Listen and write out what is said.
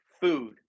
food